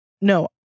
no